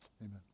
Amen